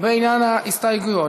בעניין ההסתייגויות.